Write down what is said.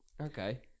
Okay